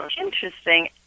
Interesting